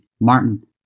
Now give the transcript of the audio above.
Martin